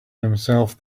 himself